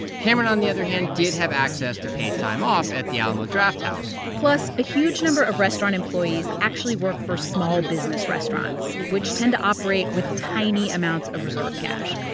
cameron, on the other hand, did have access to paid time off at the alamo drafthouse plus, a huge number of restaurant employees actually work for small-business restaurants, which tend to operate with tiny amounts of reserve cash.